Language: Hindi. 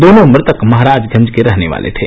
दोनों मृतक महराजगंज के रहने वाले थे